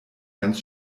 ganz